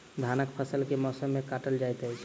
धानक फसल केँ मौसम मे काटल जाइत अछि?